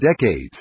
decades